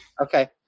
Okay